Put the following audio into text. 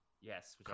Yes